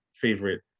favorite